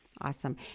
Awesome